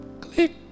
click